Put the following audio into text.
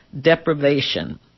deprivation